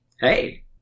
Hey